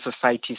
societies